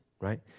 right